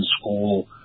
school